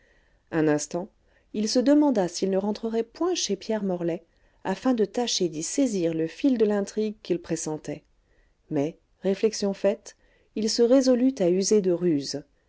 un instant il se demanda s'il ne rentrerait point chez pierre morlaix afin de tâcher d'y saisir le fil de l'intrigue qu'il pressentait mais réflexion faite il se résolut à user de ruse